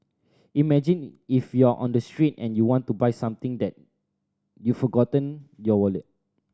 imagine if you're on the street and you want to buy something that you forgotten your wallet